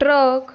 truck